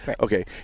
Okay